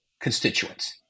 constituents